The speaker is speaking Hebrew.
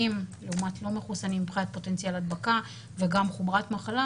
לעומת לא מחוסנים מבחינת פוטנציאל הדבקה וגם חומרת מחלה,